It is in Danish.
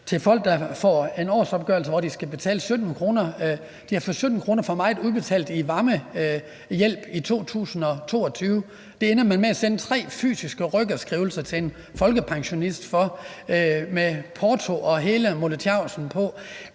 til folk, der har fået en årsopgørelse, hvor de skal betale 17 kr. De har fået 17 kr. for meget udbetalt i varmehjælp i 2022. Der ender man med at sende tre fysiske rykkerskrivelser til en folkepensionist med porto og hele molevitten.